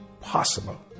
possible